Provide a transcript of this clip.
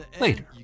Later